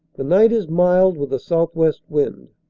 the night is mild with a southwest wind.